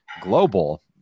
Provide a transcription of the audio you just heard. global